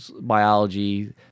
biology